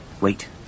Wait